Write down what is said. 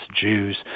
Jews